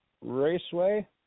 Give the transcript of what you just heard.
Raceway